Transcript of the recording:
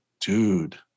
dude